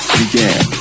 began